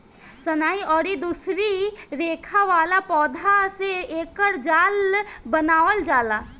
सनई अउरी दूसरी रेसा वाला पौधा से एकर जाल बनावल जाला